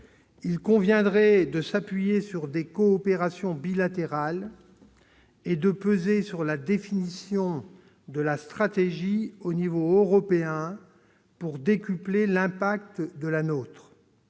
Il conviendrait de s'appuyer sur des coopérations bilatérales et de peser sur la définition de la stratégie au niveau européen pour décupler l'impact de la nôtre.